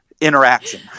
interaction